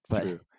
true